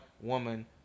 woman